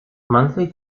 monthly